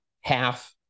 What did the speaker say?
half